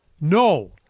No